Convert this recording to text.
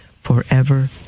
forever